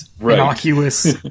innocuous